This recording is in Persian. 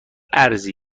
ارزی